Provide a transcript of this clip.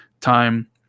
time